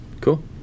Cool